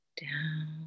down